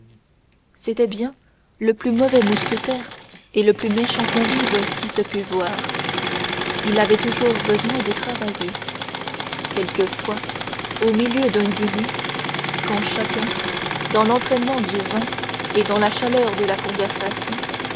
c'était bien le plus mauvais mousquetaire et le plus méchant convive qui se pût voir il avait toujours besoin de travailler quelquefois au milieu d'un dîner quand chacun dans l'entraînement du vin et dans la chaleur de la conversation